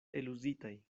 eluzitaj